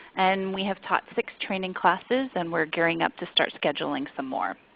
and we have taught six training classes and we're gearing up to start scheduling some more.